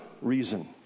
reason